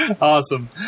Awesome